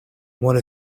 wanna